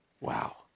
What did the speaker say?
wow